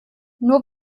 nur